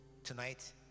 Tonight